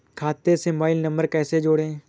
खाते से mobile number कैसे जोड़ें?